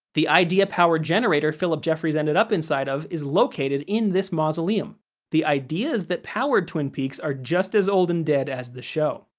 the idea-powered generator phillip jeffries ended up inside of is located in this mausoleum the ideas that powered twin peaks are just as old and dead as the show.